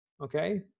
Okay